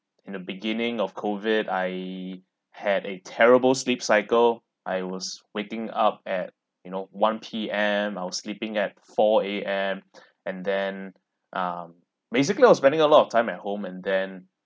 in the beginning of COVID I had a terrible sleep cycle I was waking up at you know one P_M I was sleeping at four A_M and then um basically I was spending a lot of time at home and then